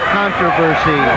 controversy